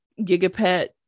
gigapet